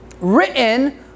written